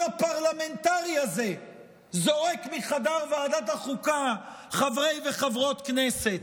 הפרלמנטרי הזה זורק מחדר ועדת החוקה חברי וחברות הכנסת.